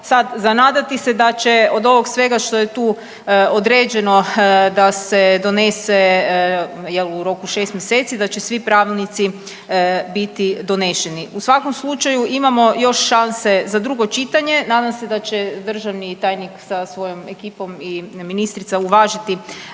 sad za nadati se da će od ovoga svega što je tu određeno da se donese u roku 6 mjeseci da će svi pravilnici biti doneseni. U svakom slučaju imamo još šanse za drugo čitanje. Nadam se da će državni tajnik sa svojom ekipom i ministrica uvažiti